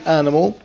animal